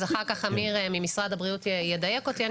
אז אחר כך עמיר ממשרד הבריאות ידייק אותי.